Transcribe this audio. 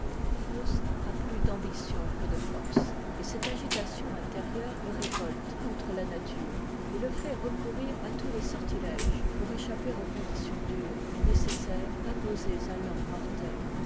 faust a plus d'ambition que de force et cette agitation intérieure le révolte contre la nature et le fait recourir à tous les sortiléges pour échapper aux conditions dures mais nécessaires imposées à l'homme mortel